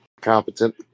competent